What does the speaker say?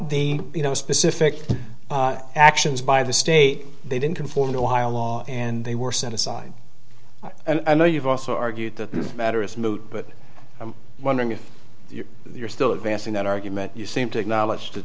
the you know specific actions by the state they didn't conform to ohio law and they were set aside and i know you've also argued the matter is moot but i'm wondering if you're still advancing that argument you seem to acknowledge the